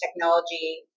technology